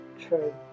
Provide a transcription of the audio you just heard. true